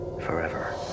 forever